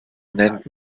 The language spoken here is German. nennt